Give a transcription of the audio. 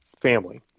family